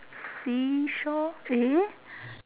see-saw eh